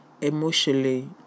emotionally